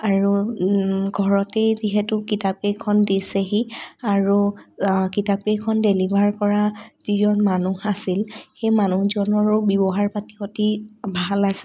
আৰু ঘৰতেই যিহেতু কিতাপকেইখন দিছেহি আৰু কিতাপকেইখন ডেলিভাৰ কৰা যিজন মানুহ আছিল সেই মানুহজনৰো ব্যৱহাৰ পাতি অতি ভাল আছিল